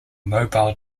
mobile